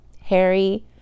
Harry